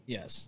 Yes